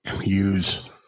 use